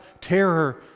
terror